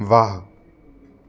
वाह